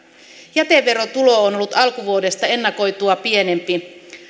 jäteverotulo on ollut alkuvuodesta ennakoitua pienempi